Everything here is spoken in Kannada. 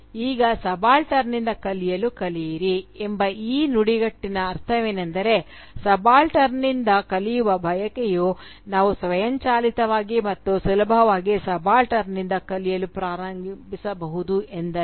ಈಗ ಸಬಾಲ್ಟರ್ನ್ನಿಂದ ಕಲಿಯಲು ಕಲಿಯಿರಿ ಎಂಬ ಈ ನುಡಿಗಟ್ಟಿನ ಅರ್ಥವೇನೆಂದರೆ ಸಬಾಲ್ಟರ್ನ್ನಿಂದ ಕಲಿಯುವ ಬಯಕೆಯು ನಾವು ಸ್ವಯಂಚಾಲಿತವಾಗಿ ಮತ್ತು ಸುಲಭವಾಗಿ ಸಬಾಲ್ಟರ್ನ್ನಿಂದ ಕಲಿಯಲು ಪ್ರಾರಂಭಿಸಬಹುದು ಎಂದಲ್ಲ